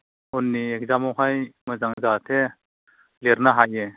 उननि एक्जामावहाय मोजां जाहाथे लिरनो हायो